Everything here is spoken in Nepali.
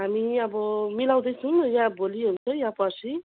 हामी अब मिलाउँदैछौँ या भोलि हुन्छ या पर्सि